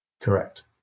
Correct